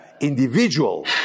individual